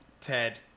Ted